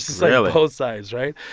so yeah like both sides, right?